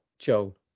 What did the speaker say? Joel